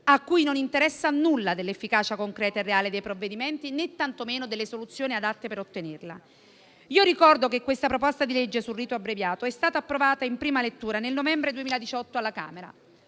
a cui non interessa nulla dell'efficacia concreta e reale dei provvedimenti, né tanto meno delle soluzioni adatte per ottenerla. Io ricordo che questa proposta di legge sul rito abbreviato è stata approvata in prima lettura nel novembre 2018 alla Camera.